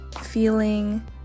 feeling